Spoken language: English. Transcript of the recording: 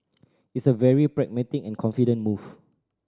it's a very pragmatic and confident move